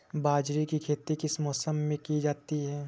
बाजरे की खेती किस मौसम में की जाती है?